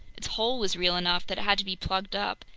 its hole was real enough that it had to be plugged up,